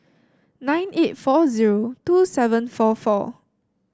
nine eight four zero two seven four four